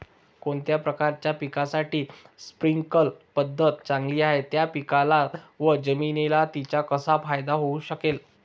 कोणत्या प्रकारच्या पिकासाठी स्प्रिंकल पद्धत चांगली आहे? त्या पिकाला व जमिनीला तिचा कसा फायदा होऊ शकेल?